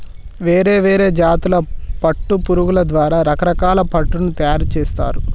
వేరే వేరే జాతుల పట్టు పురుగుల ద్వారా రకరకాల పట్టును తయారుచేస్తారు